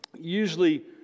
usually